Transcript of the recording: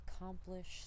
accomplished